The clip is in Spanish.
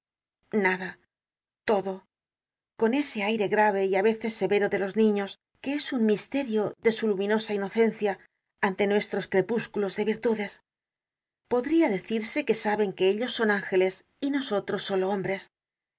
nada todo con ese aire grave y á veces severo de los niños que es un misterio de su luminosa inocencia ante nuestros crepúsculos de virtudes podria decirse que saben que ellos son ángeles y nosotros solo hombres